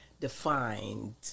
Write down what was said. defined